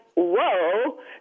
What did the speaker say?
whoa